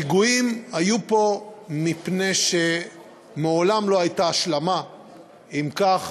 פיגועים היו פה מפני שמעולם לא הייתה השלמה עם כך